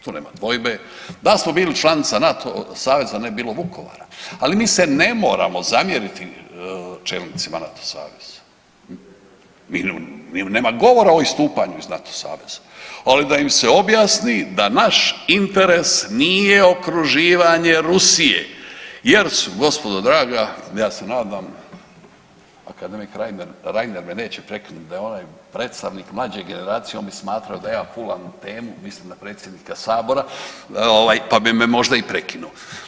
Tu nema dvojbe, da smo bili članica NATO saveza ne bi bilo Vukovara, ali mi se ne moramo zamjeriti čelnicima NATO saveza, mi nema govora o istupanju iz NATO saveza, ali da im se objasni da naš interes nije okruživanje Rusije jer su gospodo draga ja se nadam akademik Reiner me neće prekinuti, da je onaj predstavnik mlađe generacije on bi smatrao da ja fulam temu, mislim na predsjednika sabora ovaj pa bi me možda i prekinuto.